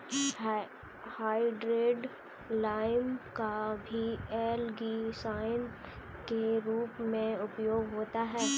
hydrated लाइम का भी एल्गीसाइड के रूप में उपयोग होता है